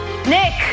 Nick